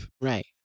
Right